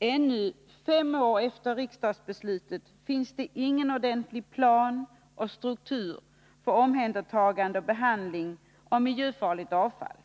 Ännu fem år efter riksdagsbeslutet finns det ingen ordentlig plan och ingen struktur för omhändertagande och behandling av miljöfarligt avfall.